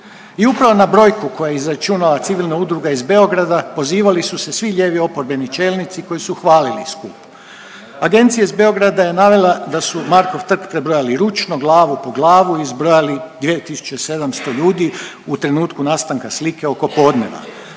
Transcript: I upravo na brojku koju je izračunala civilna udruga iz Beograda pozivali su se svi lijevi oporbeni čelnici koji su hvalili skup. Agencija iz Beograda je navela da su Markov trg prebrojali ručno, glavu po glavu i iz izbrojali 2700 ljudi u trenutku nastanka slike oko podneva.